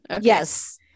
Yes